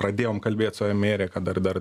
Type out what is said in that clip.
pradėjom kalbėt su amerika dar dar